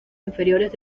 inferiores